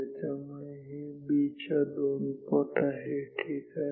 त्यामुळे हे B च्या दोन पट आहे ठीक आहे